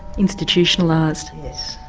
institutionalised. yes,